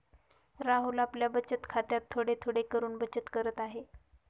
राहुल आपल्या बचत खात्यात थोडे थोडे करून बचत करत आहे